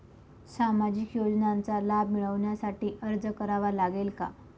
सामाजिक योजनांचा लाभ मिळविण्यासाठी अर्ज करावा लागेल का?